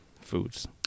foods